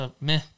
meh